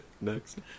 Next